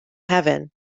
heaven